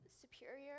superior